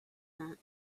that